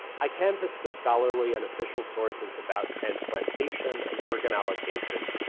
i canvased the scholarly and official sources about transplantation and organ allocation,